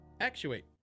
Actuate